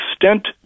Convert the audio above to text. extent